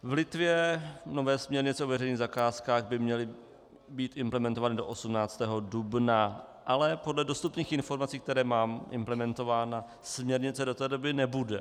V Litvě nové směrnice o veřejných zakázkách by měly být implementovány do 18. dubna, ale podle dostupných informací, které mám, implementována směrnice do té doby nebude.